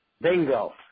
Bingo